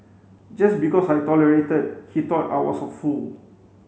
just because I tolerated he thought I was a fool